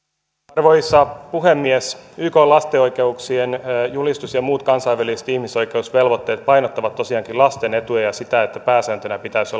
arvoisa puhemies ykn lasten oikeuksien julistus ja muut kansainväliset ihmisoikeusvelvoitteet painottavat tosiaankin lasten etua ja sitä että pääsääntönä pitäisi